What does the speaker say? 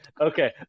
okay